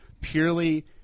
purely